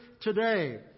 today